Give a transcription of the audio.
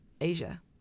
Asia